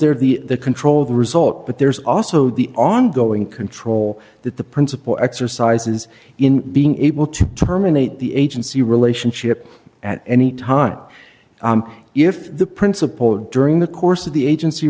is there the control of the result but there's also the ongoing control that the principal exercises in being able to terminate the agency relationship at any time if the principal during the course of the agency